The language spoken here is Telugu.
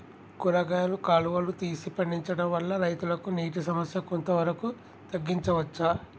కూరగాయలు కాలువలు తీసి పండించడం వల్ల రైతులకు నీటి సమస్య కొంత వరకు తగ్గించచ్చా?